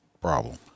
problem